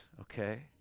okay